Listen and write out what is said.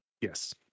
Yes